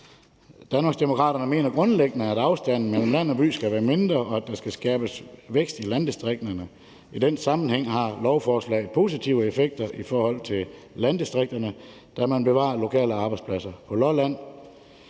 Danmarksdemokraterne mener grundlæggende, at afstanden mellem land og by skal være mindre, og at der skal skabes vækst i landdistrikterne. I den sammenhæng har lovforslaget positive effekter i forhold til landdistrikterne, da man bevarer lokale arbejdspladser på Lolland.